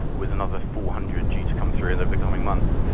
with another four hundred due to come through in the but coming months.